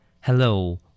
Hello